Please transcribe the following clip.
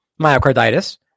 myocarditis